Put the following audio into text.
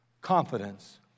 confidence